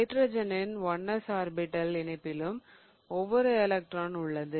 ஹைட்ரஜனின் 1s orbital இணைப்பிலும் ஒவ்வொரு electron உள்ளது